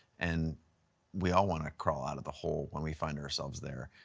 and we all wanna crawl out of the hole when we find ourselves there.